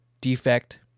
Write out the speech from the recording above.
defect